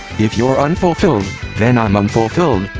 if you're unfulfilled, then i'm unfulfilled,